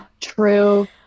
True